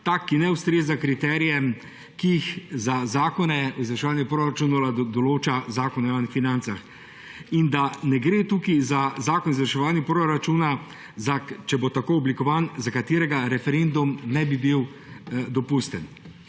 tak, ki ne ustreza kriterijem, ki jih za zakone za izvrševanje proračunov določa zakon o javnih financah, in da ne gre tukaj za zakon o izvrševanju proračunov, če bo tako oblikovan, za katerega referendum ne bi bil dopusten.